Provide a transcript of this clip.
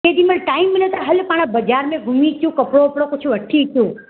जेॾीमहिल टाइम मिले त हलु पाण बाज़ार में घुमी अचूं कपिड़ो वपिड़ो कुझु वठी अचूं